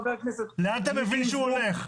לאן אתה מבין שהוא הולך?